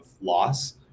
loss